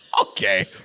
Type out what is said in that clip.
Okay